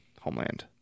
homeland